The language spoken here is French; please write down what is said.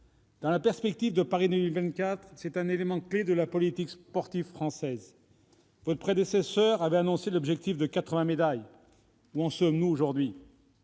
Dans la perspective de Paris 2024, c'est un élément clé de la politique sportive française. Votre prédécesseure avait annoncé l'objectif de quatre-vingts médailles. Où en sommes-nous aujourd'hui ?